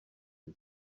his